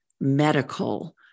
medical